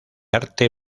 arte